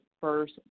first